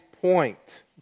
point